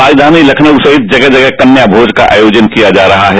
राजधानी लखनऊ सहित जगह जगह कन्या भोज का आयोजन किया जा रहा है